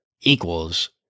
equals